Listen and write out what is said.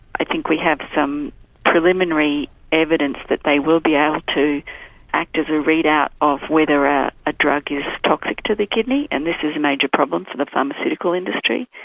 i think we have some preliminary evidence that they will be able ah to act as a readout of whether ah a drug is toxic to the kidney and this is a major problem for the pharmaceutical industry.